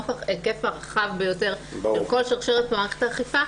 נוכח ההיקף הרחב ביותר של כל שרשרת מערכת האכיפה,